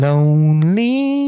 Lonely